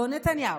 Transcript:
לא נתניהו,